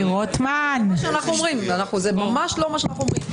זה ממש לא מה שאנחנו אומרים.